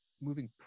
moving